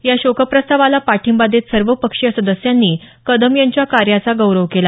या शोकप्रस्तावाला पाठिंबा देत सर्वपक्षीय सदस्यांनी कदम यांच्या कार्याचा गौरव केला